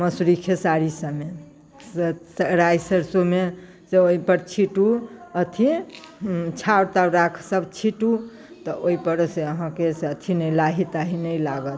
मसुरी खेसारी सभमे राइ सरसोंमे तऽ ओहि पर छीँटू अथि छाउर ताउर राख सभ छीँटू तऽ ओहि पर से अहाँकेँ अथि से लाही ताही नहि लागत